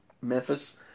Memphis